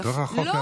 בתוך החוק.